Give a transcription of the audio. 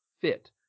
FIT